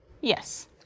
Yes